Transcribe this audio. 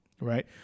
Right